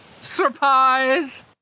Surprise